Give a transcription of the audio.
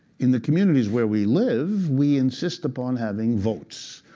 in the communities where we live, we insist upon having votes.